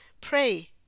pray